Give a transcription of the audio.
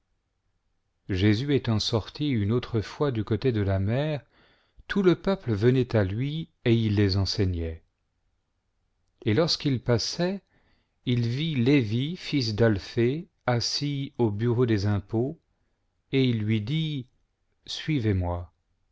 jésus étant sorti une autre fois du côté de la mer tout le peuple venait à lui et il les enseignait et lorsqu'il passait il vit levi d'alphée assis au bureau des impôts et il lui dit suivez-moi